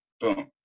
Boom